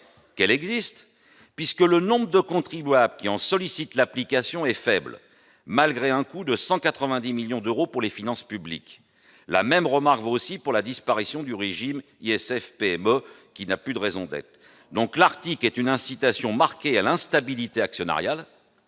de succès, puisque le nombre de contribuables qui ont sollicité son application est faible. Son coût s'élève pourtant à 190 millions d'euros pour les finances publiques. La même remarque vaut pour la disparition du régime ISF-PME, qui n'a plus de raison d'être. Cet article est une incitation marquée à l'instabilité actionnariale,